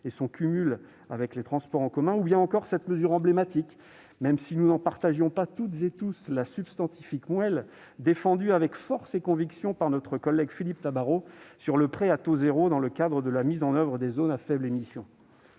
et son cumul avec un abonnement de transport en commun ; ensuite, cette mesure emblématique, dont nous ne partagions pas tous la substantifique moelle, défendue avec force et conviction par notre collègue Philippe Tabarot, sur le prêt à taux zéro dans le cadre de la mise en oeuvre des zones à faibles émissions.